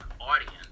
audience